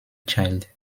child